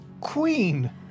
Queen